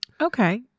Okay